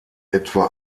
etwa